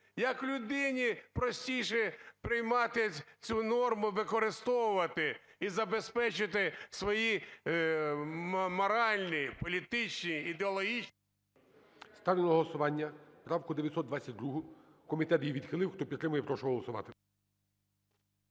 як людині простіше приймати цю норму, використовувати і забезпечити свої моральні, політичні, ідеологічні… ГОЛОВУЮЧИЙ. Ставлю на голосування правку 922. Комітет її відхилив. Хто підтримує, прошу голосувати.